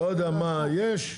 לא יודע מה יש,